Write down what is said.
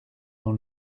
dans